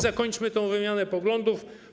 Zakończmy tę wymianę poglądów.